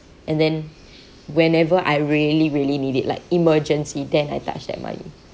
and then whenever I really really need it like emergency then I touch that money